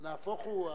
נהפוך הוא,